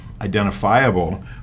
identifiable